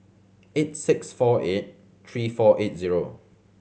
eight six four eight three four eight zero